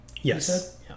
yes